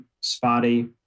spotty